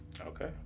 okay